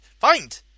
find